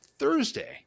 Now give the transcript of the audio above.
Thursday